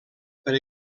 per